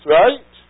right